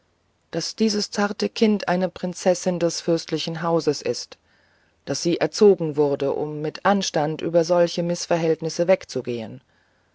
daß dieses zarte kind eine prinzessin des fürstlichen hauses ist daß sie erzogen wurde um mit anstand über solche mißverhältnisse wegzugehen